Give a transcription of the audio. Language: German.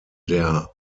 der